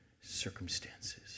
circumstances